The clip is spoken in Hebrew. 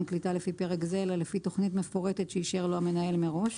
קליטה לפי פרק זה אלא לפי תכנית מפורטת שאישר לו המנהל מראש,